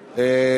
רבה.